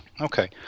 Okay